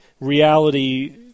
reality